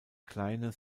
kleine